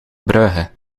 brugge